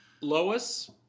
Lois